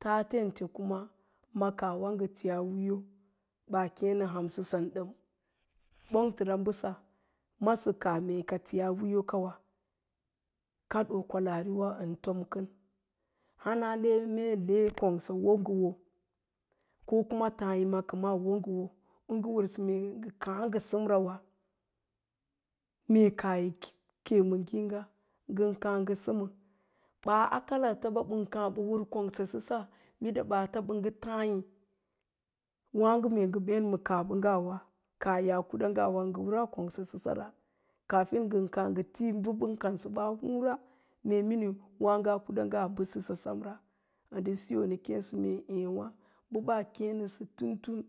taten kuma ma kaahwa ngə tiyaa wííyo, baa kíí nə hansəsan ɗəm, bongtəra bəsa masə kaah mee ka tiyaa wiiyo kawa, kaɗoo kwalaariwa ən tom kən, hana le mee le kongsa wo ngə wo, ko kuma tááyima kəma wo ngə wo u ngə wərsə mee ngə káá ngə səmrawa, mee kaah yi ke ma ngííga ngən káá ngə səmə ɓaa a kalartaɓa ɓən káá bə wər kongsa səsa baata bə ngə tááyi wàgo mee ngə béɗ ma kaah ɓagg aná kaah yaa kudə'ngawa ngə wəraa konsee ra, kaafin ngən káá ngə ti bə bən kansə ba a húura, mee miniu wáágo a kuda ngaa bəsasə semra. Nɗə siso nə kéɛsə mee ééwá ɓaa kée nəsə tun tun